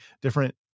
different